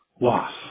loss